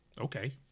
okay